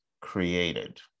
created